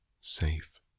safe